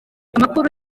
amakuru